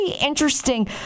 interesting